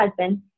husband